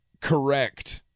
correct